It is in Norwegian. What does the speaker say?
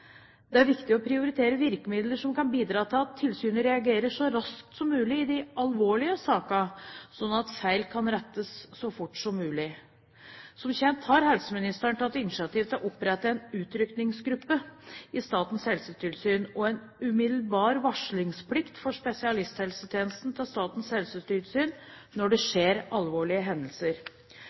Det er viktig å prioritere virkemidler som kan bidra til at tilsynet reagerer så raskt som mulig i de alvorligste sakene, slik at feil kan rettes så fort som mulig. Som kjent har helseministeren tatt initiativ til å opprette en utrykningsgruppe i Statens helsetilsyn og en umiddelbar varslingsplikt for spesialisthelsetjenesten til Statens helsetilsyn når det skjer alvorlige hendelser.